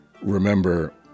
remember